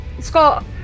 Scott